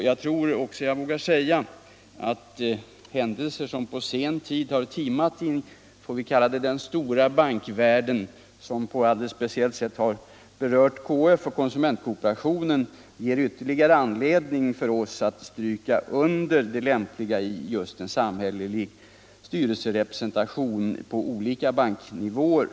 Jag tror också jag vågar säga att händelser som på sen tid har timat i — får jag kalla det — den stora bankvärlden, och som på ett alldeles speciellt sätt har berört KF och konsumentkooperationen, ger ytterligare anledning för oss att stryka under det lämpliga i en samhällelig styrelserepresentation på olika banknivåer.